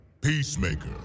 Peacemaker